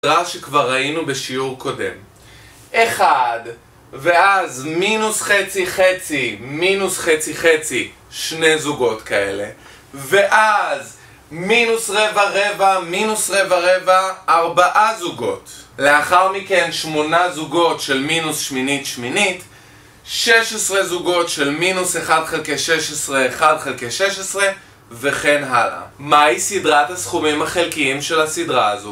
סדרה שכבר ראינו בשיעור קודם אחד ואז מינוס חצי חצי מינוס חצי חצי שני זוגות כאלה ואז מינוס רבע רבע מינוס רבע רבע ארבעה זוגות לאחר מכן שמונה זוגות של מינוס שמינית שמינית שש עשרה זוגות של מינוס אחד חלקי שש עשרה אחד חלקי שש עשרה וכן הלאה מהי סדרת הסכומים החלקיים של הסדרה הזו?